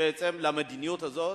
למדיניות הזאת,